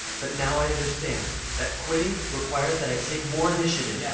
but now i understand that quitting requires that i take more initiative. yeah